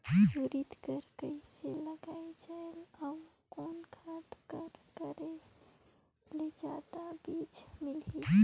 उरीद के कइसे लगाय जाले अउ कोन खाद कर करेले जादा बीजा मिलही?